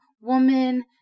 woman